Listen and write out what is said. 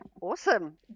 Awesome